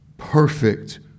Perfect